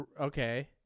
Okay